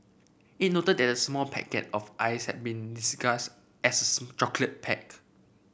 it noted that a small packet of ice had been disguised as chocolate pack